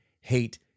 hate